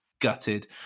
gutted